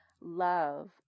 love